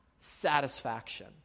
satisfaction